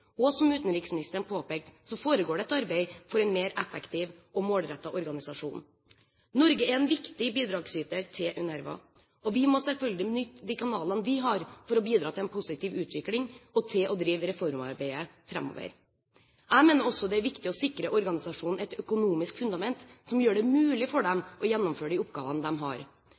Og som utenriksministeren påpekte, foregår det et arbeid for en mer effektiv og målrettet organisasjon. Norge er en viktig bidragsyter til UNRWA. Vi må selvfølgelig benytte de kanalene vi har for å bidra til en positiv utvikling, og til å drive reformarbeidet framover. Jeg mener også det er viktig å sikre organisasjonen et økonomisk fundament som gjør det mulig for dem å gjennomføre de oppgavene de har.